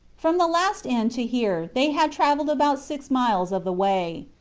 from the last inn to here they had travelled about six miles of the way.